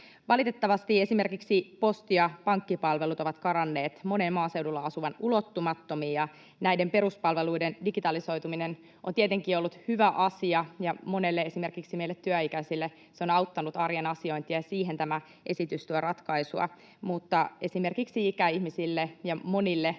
Valitettavasti esimerkiksi posti- ja pankkipalvelut ovat karanneet monen maaseudulla asuvan ulottumattomiin, ja näiden peruspalveluiden digitalisoituminen on tietenkin ollut hyvä asia. Esimerkiksi monella meistä työikäisistä se on auttanut arjen asiointia, ja siihen tämä esitys tuo ratkaisua. Mutta esimerkiksi ikäihmisille — ja monille